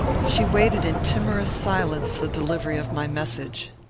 she waited in timorous silence the delivery of my message.